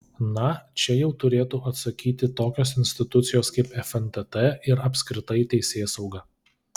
na čia jau turėtų atsakyti tokios institucijos kaip fntt ir apskritai teisėsauga